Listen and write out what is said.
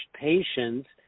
patients